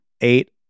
Eight-